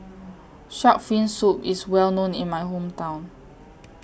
Shark's Fin Soup IS Well known in My Hometown